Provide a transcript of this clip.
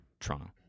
Toronto